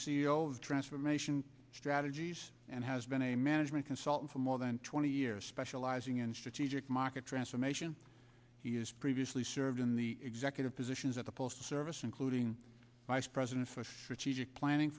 o of transformation strategies and has been a management consultant for more than twenty years specializing in strategic market transformation he has previously served in the executive positions at the postal service including vice president for planning